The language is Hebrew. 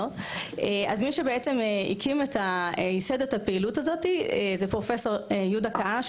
אז מי שבעצם ייסד את הפעילות הזאת הוא פרופ' יהודה כהנא,